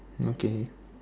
okay